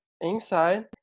inside